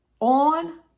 on